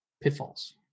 pitfalls